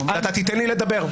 אתה תיתן לי לדבר.